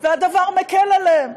והדבר מקל עליהם,